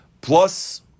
plus